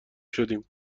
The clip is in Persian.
شدیم